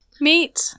Meet